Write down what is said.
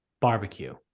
barbecue